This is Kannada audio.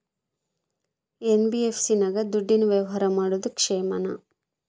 ಎನ್.ಬಿ.ಎಫ್.ಸಿ ನಾಗ ದುಡ್ಡಿನ ವ್ಯವಹಾರ ಮಾಡೋದು ಕ್ಷೇಮಾನ?